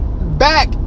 back